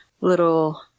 little